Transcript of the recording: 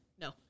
No